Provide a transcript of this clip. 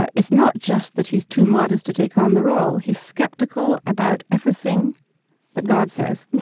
ah it's not just that he's too modest to take on the role. he's skeptical about everything that god says.